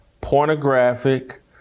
pornographic